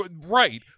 right